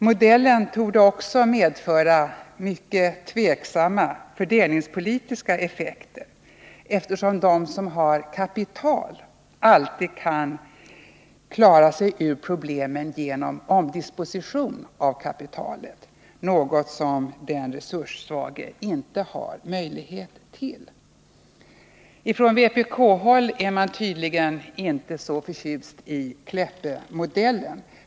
Modellen torde också medföra mycket tvivelaktiga fördelningspolitiska effekter, eftersom de som har kapital alltid kan klara sig ur problemen genom omdisposition av kapitalet, något som den resurssvage inte har möjlighet till. På vpk-håll är man tydligen inte så förtjust i Kleppemodellen.